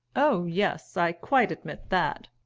oh, yes i quite admit that.